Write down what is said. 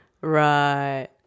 Right